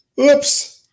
Oops